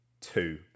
two